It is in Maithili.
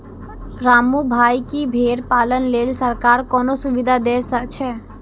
रामू भाइ, की भेड़ पालन लेल सरकार कोनो सुविधा दै छै?